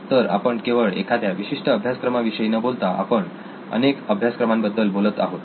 तर आपण केवळ एखाद्या विशिष्ट अभ्यासक्रमाविषयी न बोलता आपण अनेक अभ्यासक्रमांबद्दल बोलत आहोत